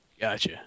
Gotcha